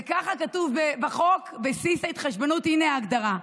וככה כתוב בחוק, "בסיס ההתחשבנות" הינה ההגדרה: